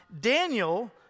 Daniel